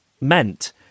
meant